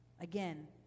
Again